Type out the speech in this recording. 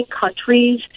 countries